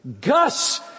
Gus